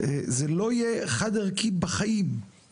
זה לא יהיה חד ערכי בחיים.